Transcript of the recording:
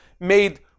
made